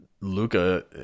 Luca